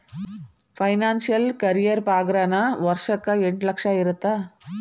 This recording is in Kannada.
ಫೈನಾನ್ಸಿಯಲ್ ಕರಿಯೇರ್ ಪಾಗಾರನ ವರ್ಷಕ್ಕ ಎಂಟ್ ಲಕ್ಷ ಇರತ್ತ